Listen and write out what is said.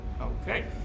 Okay